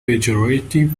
pejorative